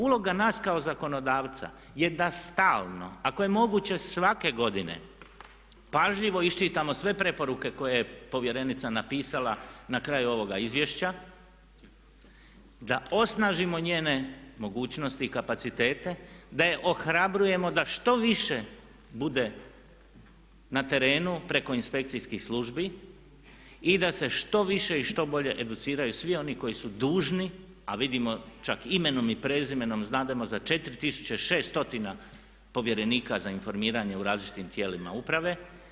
Uloga nas kao zakonodavca je da stalno ako je moguće svake godine pažljivo iščitamo sve preporuke koje je povjerenica napisala na kraju ovoga izvješća, da osnažimo njene mogućnosti, kapacitete, da je ohrabrujemo da što više bude na terenu preko inspekcijskih službi i da se što više i što bolje educiraju svi oni koji su dužni a vidimo čak imenom i prezimenom znademo za 4 tisuće 600 povjerenika za informiranje u različitim tijelima uprave.